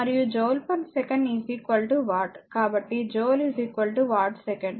కాబట్టి joule watt second